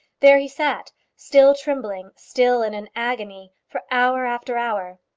there he sat, still trembling, still in an agony, for hour after hour.